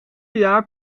jaar